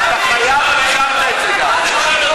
אנחנו ניגש להצבעה.